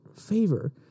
favor